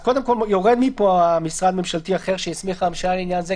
יורד מפה ה"למשרד ממשלתי אחר שהסמיכה הממשלה לעניין זה",